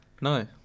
No